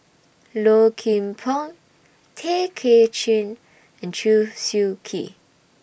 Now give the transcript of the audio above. Low Kim Pong Tay Kay Chin and Chew Swee Kee